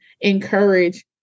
encourage